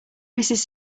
mrs